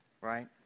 right